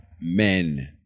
men